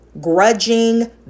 grudging